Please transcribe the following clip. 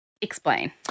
Explain